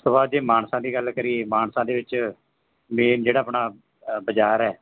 ਉਸ ਤੋਂ ਬਾਅਦ ਜੇ ਮਾਨਸਾ ਦੀ ਗੱਲ ਕਰੀਏ ਮਾਨਸਾ ਦੇ ਵਿੱਚ ਮੇਨ ਜਿਹੜਾ ਆਪਣਾ ਬਾਜ਼ਾਰ ਹੈ